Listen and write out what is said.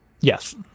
Yes